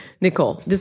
Nicole